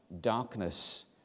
darkness